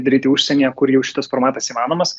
daryti užsienyje kur jau šitas formatas įmanomas